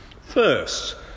First